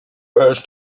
his